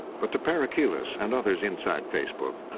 but to parakilas and others inside facebook,